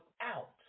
out